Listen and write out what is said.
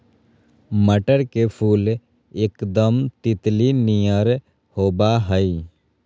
मटर के फुल एकदम तितली नियर होबा हइ